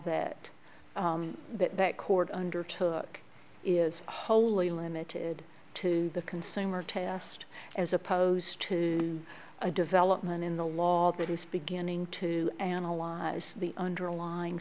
that the court undertook is wholly limited to the consumer test as opposed to a development in the law that is beginning to analyze the underlying